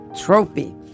trophy